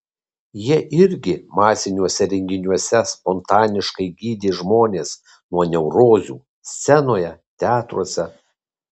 jie irgi masiniuose renginiuose spontaniškai gydė žmonės nuo neurozių scenoje teatruose